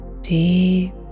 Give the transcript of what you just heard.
deep